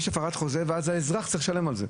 יש הפרת חוזה, ואז האזרח צריך לשלם על זה.